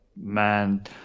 man